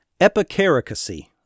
epicaricacy